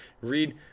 read